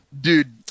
Dude